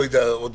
לא יודע מתי,